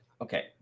okay